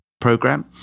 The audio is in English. program